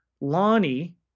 Lonnie